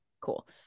cool